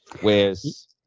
Whereas